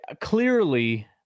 clearly